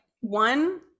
One